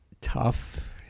Tough